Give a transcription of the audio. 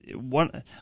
one